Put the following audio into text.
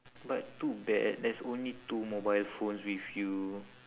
but too bad there's only two mobile phones with you